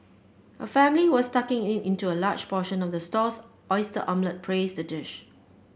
a family was tucking in into a large portion of the stall's oyster omelette praised the dish